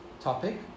topic